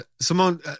Simone